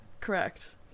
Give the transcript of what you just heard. Correct